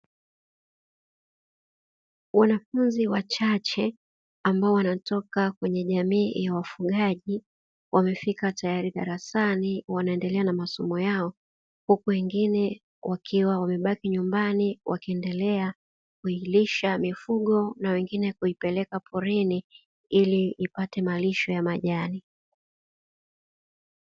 Wanafunzi wachache ambao wanatoka kwenye jamii ya wafugaji, wamefika tayari darasani wanaendelea na masomo yao, huku wengine wakiwa wamebaki nyumbani wakiendelea kuingilisha mifugo na wengine kuipeleka porini ili ipate malisho ya majani.